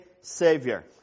savior